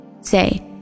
Say